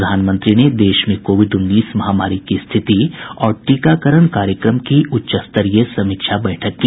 प्रधानमंत्री ने देश में कोविड उन्नीस महामारी की स्थिति और टीकाकरण कार्यक्रम की उच्च स्तरीय समीक्षा बैठक की